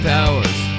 Powers